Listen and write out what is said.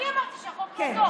אני אמרתי שהחוק לא טוב.